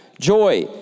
joy